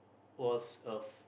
was of